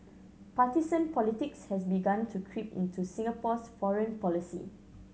partisan politics has begun to creep into Singapore's foreign policy